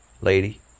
Lady